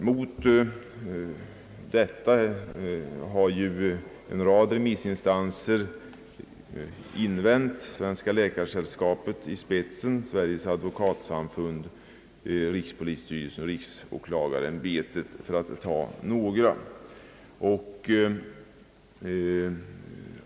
Mot detta har en rad remissinstanser gjort invändningar Svenska läkarsällskapet, Sveriges advokatsamfund, rikspolisstyrelsen och riksåklagarämbetet, för att nämna några.